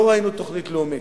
לא ראינו תוכנית לאומית.